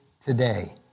today